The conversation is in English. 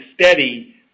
steady